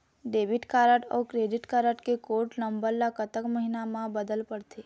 Debit card अऊ credit card के code number ला कतक महीना मा बदले पड़थे?